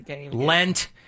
Lent